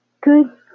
good